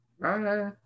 Bye